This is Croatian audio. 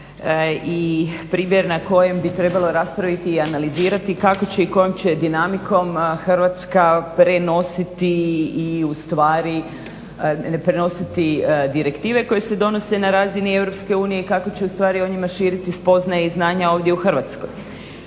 i primjer na kojem bi trebalo raspraviti i analizirati kako će i kojom će dinamikom Hrvatska prenositi i ustvari prenositi direktive koje se donose na razini EU i kako će o njima širiti spoznaje i znanja ovdje u Hrvatskoj.